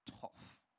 tough